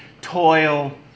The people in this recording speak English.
toil